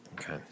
Okay